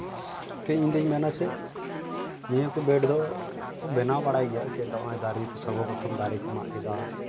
ᱪᱮᱫ ᱤᱧᱫᱩᱧ ᱢᱮᱱᱟ ᱪᱮᱫ ᱱᱤᱭᱟᱹ ᱠᱚ ᱵᱮᱰ ᱫᱚ ᱠᱚ ᱵᱮᱱᱟᱣ ᱵᱟᱲᱟᱭ ᱜᱮᱭᱟ ᱪᱮᱫ ᱱᱚᱜᱼᱚᱸᱭ ᱫᱟᱨᱮ ᱠᱚ ᱥᱚᱨᱵᱚ ᱯᱨᱚᱛᱷᱚᱢ ᱫᱟᱨᱮ ᱠᱚ ᱢᱟᱜ ᱠᱮᱫᱟ